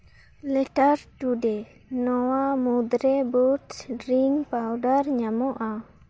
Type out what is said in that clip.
letter ᱴᱩᱰᱮ ᱱᱚᱣᱟ ᱢᱩᱫᱽᱨᱮ ᱵᱩᱥᱴ ᱰᱨᱤᱝᱠ ᱯᱟᱣᱰᱟᱨ ᱧᱟᱢᱚᱜᱼᱟ